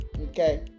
okay